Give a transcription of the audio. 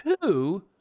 Two